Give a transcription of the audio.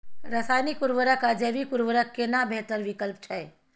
रसायनिक उर्वरक आ जैविक उर्वरक केना बेहतर विकल्प छै?